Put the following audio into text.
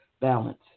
balance